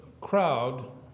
crowd